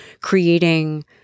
creating